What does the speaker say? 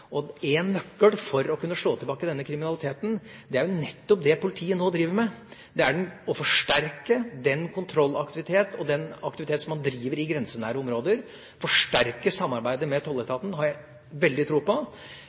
nøkkel for å kunne slå tilbake denne kriminaliteten er jo nettopp det politiet nå driver med. Det å forsterke kontrollaktiviteten og den aktiviteten som man driver i grensenære områder, forsterke samarbeidet med tolletaten, har jeg veldig tro på,